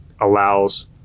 allows